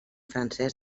francès